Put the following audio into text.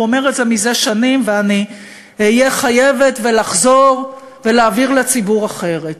והוא אומר את זה מזה שנים ואני אהיה חייבת ולחזור ולהעביר לציבור אחרת.